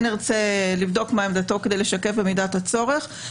ארצה לבדוק מה עמדת השר כדי לשקף במידת הצורך.